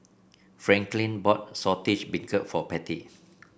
Franklyn bought Saltish Beancurd for Patty